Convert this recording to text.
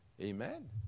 Amen